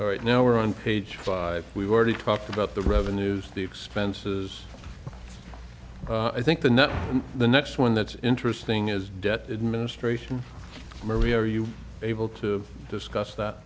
flow right now we're on page five we've already talked about the revenues the expenses i think the net the next one that's interesting is debt administration where we are you able to discuss that